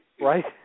Right